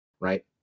right